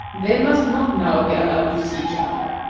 they must not now be allowed to see each other.